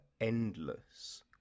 endless